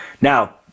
Now